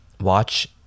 Watch